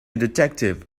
detective